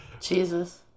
Jesus